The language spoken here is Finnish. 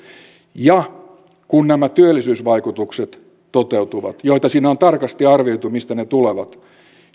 ja kun nämä työllisyysvaikutukset toteutuvat joita siinä on tarkasti arvioitu mistä ne tulevat